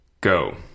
go